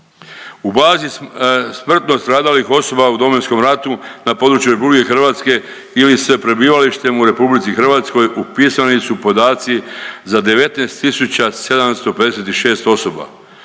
U bazi smrtno stradalih osoba u Domovinskom ratu na području Republike Hrvatske ili s prebivalištem u Republici Hrvatskoj upisani su podaci za 19756 osoba.